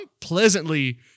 pleasantly